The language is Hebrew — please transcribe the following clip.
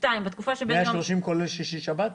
130 כולל שישי, שבת?